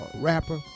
rapper